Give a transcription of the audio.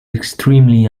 extremely